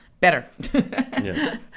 better